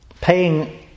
Paying